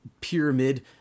pyramid